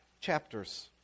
chapters